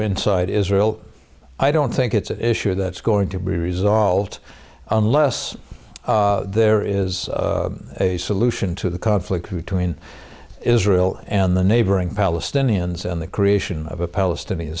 inside israel i don't think it's an issue that's going to be resolved unless there is a solution to the conflict between israel and the neighboring palestinians and the creation of a palestinian